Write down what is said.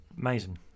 Amazing